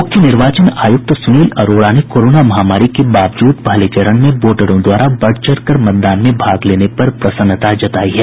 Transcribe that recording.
मुख्य निर्वाचन आयुक्त सुनील अरोड़ा ने कोरोना महामारी के बावजूद पहले चरण में वोटरों द्वारा बढ़ चढ़कर मतदान में भाग लेने पर प्रसन्नता जतायी है